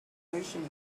emotion